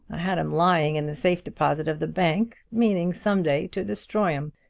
i had em lying in the safe deposit of the bank, meaning some day to destroy em.